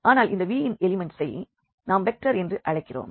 ஆனால் இந்த Vஇன் எலிமண்ட்சை நாம் வெக்டர் என்று அழைக்கிறோம்